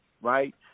right